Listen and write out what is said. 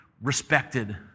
respected